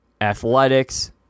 Athletics